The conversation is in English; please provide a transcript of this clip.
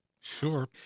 Sure